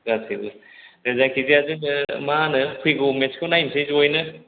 गासिबो जायखिजाया जोङो मा होनो फैगौ मेट्सखौ नायसै ज'यैनो